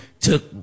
took